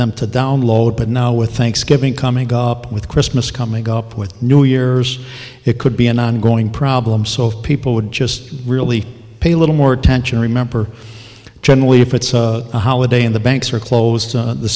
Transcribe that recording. them to download but now with thanksgiving coming up with christmas coming up with new years it could be an ongoing problem so people would just really pay a little more attention remember generally if it's a holiday in the banks are closed the